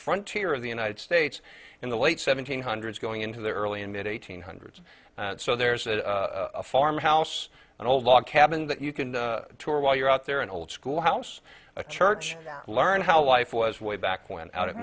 frontier of the united states in the late seventy's hundreds going into the early and mid eighty's hundreds so there's a farmhouse an old log cabin that you can tour while you're out there an old school house a church learn how life was way back when out of